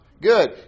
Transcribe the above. Good